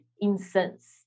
incense